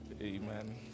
Amen